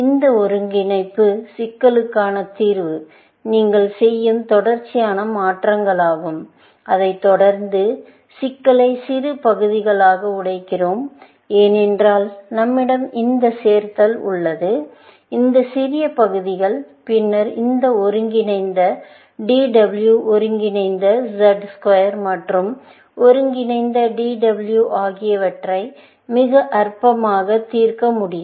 இந்த ஒருங்கிணைப்பு சிக்கலுக்கான தீர்வு நீங்கள் செய்யும் தொடர்ச்சியான மாற்றங்களாகும் அதைத் தொடர்ந்து சிக்கலை சிறு பகுதிகளாக உடைக்கிறோம் ஏனென்றால் நம்மிடம் இந்த சேர்த்தல் உள்ளது இந்த சிறிய பகுதிகள் பின்னர் இந்த ஒருங்கிணைந்த DW ஒருங்கிணைந்த Z square மற்றும் ஒருங்கிணைந்த DW ஆகியவற்றை மிக அற்பமாக தீர்க்க முடியும்